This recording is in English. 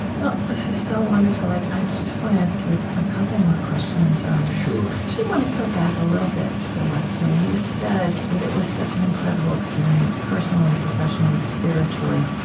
well, this is so wonderful. i i just want to ask you a a couple more questions sure i actually want to go back a little bit to the west wing. you said that it was such an incredible experience personally, professionally, and spiritually.